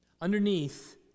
Underneath